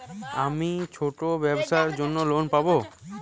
আমি ছোট ব্যবসার জন্য লোন পাব?